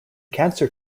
cancer